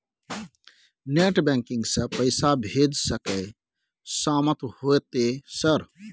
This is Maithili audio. नेट बैंकिंग से पैसा भेज सके सामत होते सर?